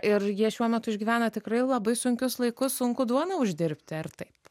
ir jie šiuo metu išgyvena tikrai labai sunkius laikus sunku duoną uždirbti ar taip